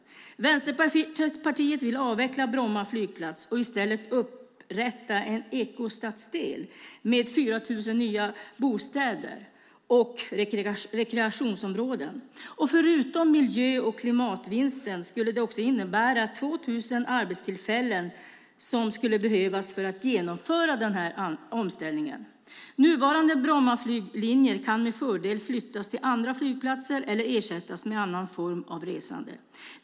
Vänsterpartiet vill avveckla Bromma flygplats och i stället upprätta en ekostadsdel med 4 000 nya bostäder och rekreationsområden. Förutom miljö och klimatvinsten skulle det innebära 2 000 arbetstillfällen som behövs för att genomföra omställningen. Nuvarande Brommaflyglinjer kan med fördel flyttas till andra flygplatser eller ersättas med annan form av resande.